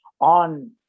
on